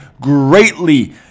greatly